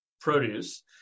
produce